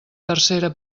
tercera